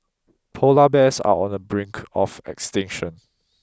polar bears are on the brink of extinction